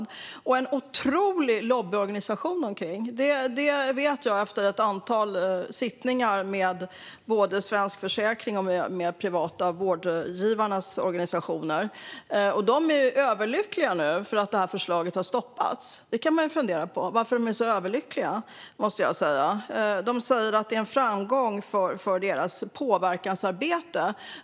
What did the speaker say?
Det finns en otrolig lobbyorganisation. Det vet jag efter ett antal sittningar med Svensk Försäkring och de privata vårdgivarnas organisationer. De är överlyckliga för att förslaget har stoppats. Vi kan fundera över varför de är så överlyckliga. De säger att detta är en framgång för deras påverkansarbete.